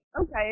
okay